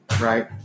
right